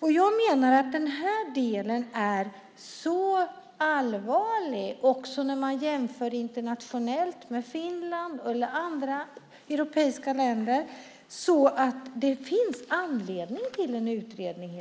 Jag menar att denna del är så allvarlig också när man jämför internationellt, med Finland eller andra europeiska länder, att det finns anledning till en utredning.